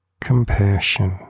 compassion